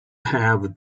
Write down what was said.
have